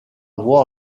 voir